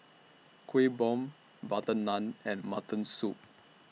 Kuih Bom Butter Naan and Mutton Soup